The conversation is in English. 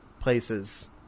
places